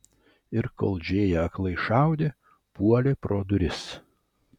ir kol džėja aklai šaudė puolė pro duris